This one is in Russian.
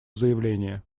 заявление